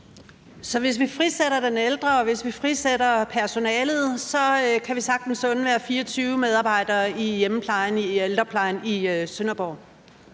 og hvis vi frisætter personalet, kan vi sagtens undvære 24 medarbejdere i hjemmeplejen og ældreplejen i Sønderborg?